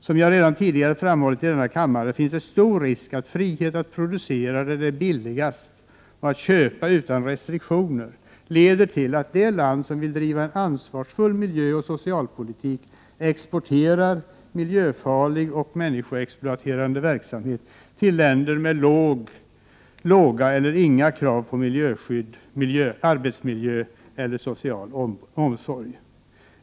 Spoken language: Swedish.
Jag har redan tidigare i denna kammare framhållit att frihet att producera där det är billigast, och att kunna köpa utan restriktioner, leder till att det land som vill driva en ansvarsfull miljöoch socialpolitik exporterar miljöfarlig och människoexploaterande verksamhet till länder med låga eller inga krav på miljöskydd, arbetsmiljö eller social omsorg.